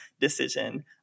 decision